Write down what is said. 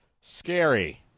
scary